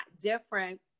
different